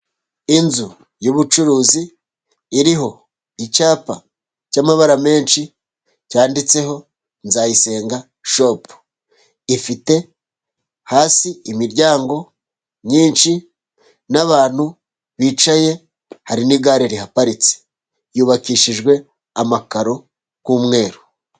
Inzu y' ubucuruzi iriho icapa cy' amabara menshi, cyanditseho Nzayisenga shopu, ifite hasi imiryango myinshi n' abantu bicaye, hari n' igare rihaparitse. Yubakishijwe amakaro y' umweru.